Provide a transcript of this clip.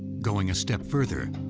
going a step further,